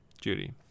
Judy